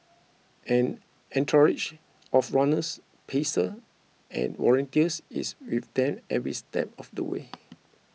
an entourage of runners pacer and volunteers is with them every step of the way